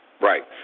right